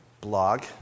blog